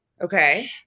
Okay